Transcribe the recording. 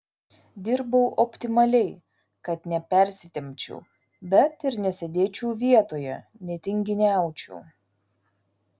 dirbau optimaliai kad nepersitempčiau bet ir nesėdėčiau vietoje netinginiaučiau